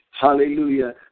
hallelujah